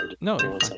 no